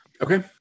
Okay